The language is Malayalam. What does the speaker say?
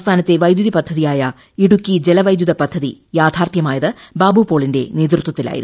സംസ്ഥാനത്തെ വൈദ്യുതി പദ്ധതിയായ ഇടുക്കി ജലവൈദ്യുത പദ്ധതി യാഥാർത്ഥമായത് ബാബുപോളിന്റെ നേതൃത്വത്തിലായിരുന്നു